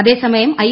അതേസമയം ഐ